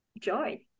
joy